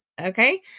Okay